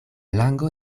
lango